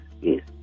yes